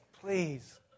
Please